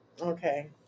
Okay